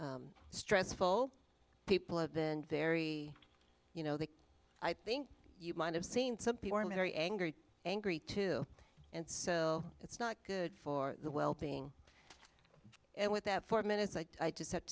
stressful people have been very you know that i think you might have seen some poor mary angry angry too and so it's not good for the well being and with that four minutes i just have